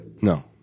No